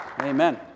Amen